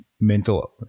mental